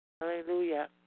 Hallelujah